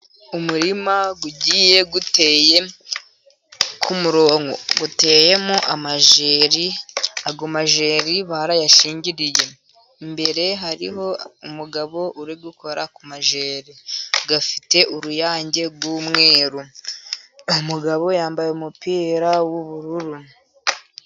Umurima ugiye uteye ku murongo uteyemo amajeri, ayo majeri barayashingiriye imbere hariho umugabo uri gukora ku majeri afite uruyange rw'umweru. Umugabo yambaye umupira w'ubururu.